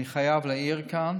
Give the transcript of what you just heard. אני חייב להעיר כאן